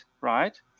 right